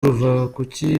ruvakuki